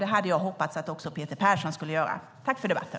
Det hade jag hoppats att också Peter Persson skulle göra. Tack för debatten!